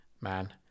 man